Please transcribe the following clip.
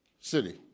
City